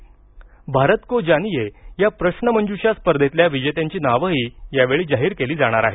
भारत को जानीए या प्रश्रमंजूषा स्पर्धेतल्या विजेत्यांची नावही यावेळी जाहीर केली जाणार आहेत